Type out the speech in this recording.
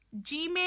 Gmail